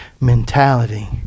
mentality